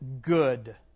good